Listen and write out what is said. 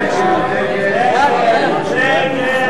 ההסתייגויות של חבר הכנסת רוברט טיבייב,